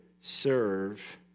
serve